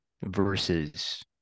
versus